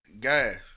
Guys